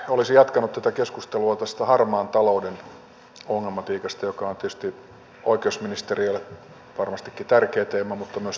olisin jatkanut keskustelua tästä harmaan talouden ongelmatiikasta joka on tietysti oikeusministerille tärkeä teema mutta myös työministerille erittäin tärkeä teema